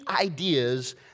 ideas